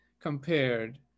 compared